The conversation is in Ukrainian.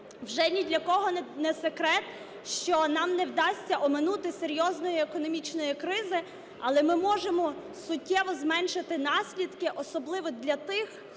Вже ні для кого не секрет, що нам не вдасться оминути серйозної економічної кризи. Але ми можемо суттєво зменшити наслідки особливо для тих,